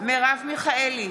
מרב מיכאלי,